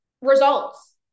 results